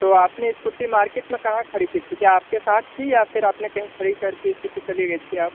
तो आपने scooty market में कहाँ खड़ी थी क्या आपके साथ थी या फिर आपने कहीं खड़ी कर के स्कूटी चली गई थी आप